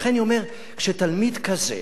ולכן אני אומר שתלמיד כזה,